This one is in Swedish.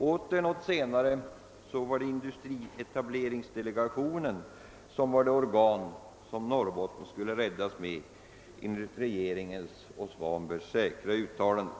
Ännu något senare var industrietableringsdelegationen det organ som skulle rädda Norrbotten enligt regeringens och herr Svanbergs säkra uttalanden.